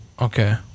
Okay